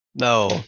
no